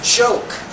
joke